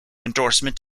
endorsement